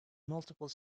multiple